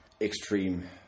extreme